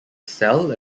cell